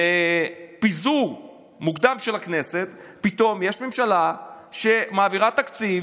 לפיזור מוקדם של הכנסת פתאום יש ממשלה שמעבירה תקציב,